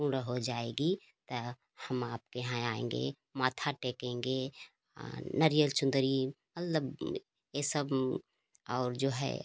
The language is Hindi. पूर्ण हो जाएगी तो हम आपके यहाँ आएंगे माथा टेकेंगे नारियल चुनरी मतलब ये सब और जो है